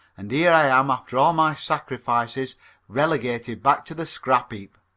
and here i am after all my sacrifices relegated back to the scrap heap.